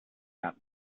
that